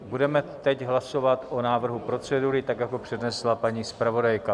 Budeme teď hlasovat o návrhu procedury tak, jak ho přednesla paní zpravodajka.